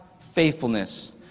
faithfulness